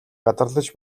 гадарлаж